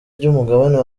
ry’umugabane